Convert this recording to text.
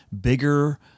bigger